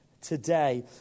today